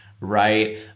Right